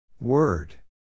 Word